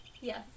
yes